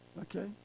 Okay